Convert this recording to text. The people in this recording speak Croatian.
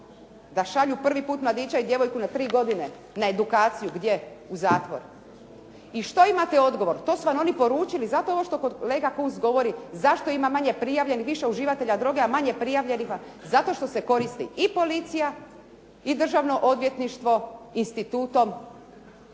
da šalju prvi puta mladića i djevojku na tri godine na edukaciju gdje, u zatvor. I što imate odgovor? To su vam oni poručili. Zato ovo što kolega Kunst govori zašto ima manje prijavljenih, više uživatelja droge, a manje prijavljenih, zato što se koristi i policija i državno odvjetništvo institutom